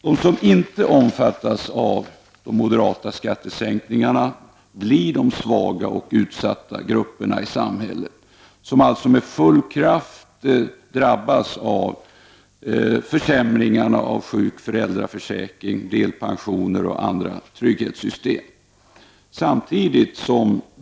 De som inte omfattas av de moderata skattesänkningarna är de svaga och utsatta grupperna i samhället, de grupper som med full kraft drabbas av försämringarna i fråga om sjukförsäkring, föräldraförsäkring, delpensioner och andra trygghetssystem.